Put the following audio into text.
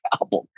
album